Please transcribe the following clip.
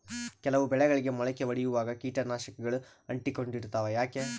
ಕೆಲವು ಬೆಳೆಗಳಿಗೆ ಮೊಳಕೆ ಒಡಿಯುವಾಗ ಕೇಟನಾಶಕಗಳು ಅಂಟಿಕೊಂಡು ಇರ್ತವ ಯಾಕೆ?